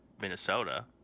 Minnesota